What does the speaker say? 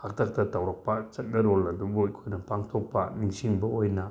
ꯍꯥꯛꯇꯛꯇ ꯇꯧꯔꯛꯄ ꯆꯠꯅꯔꯣꯜ ꯑꯗꯨꯕꯨ ꯑꯩꯈꯣꯏꯅ ꯄꯥꯡꯊꯣꯛꯄ ꯅꯤꯡꯁꯤꯡꯕ ꯑꯣꯏꯅ